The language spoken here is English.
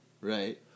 Right